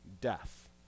death